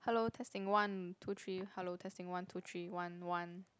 hello testing one two three hello testing one two three one one